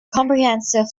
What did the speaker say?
comprehensive